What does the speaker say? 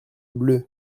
bleus